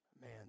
man